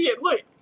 Look